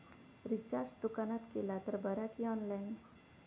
Recharge दुकानात केला तर बरा की ऑनलाइन?